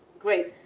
great,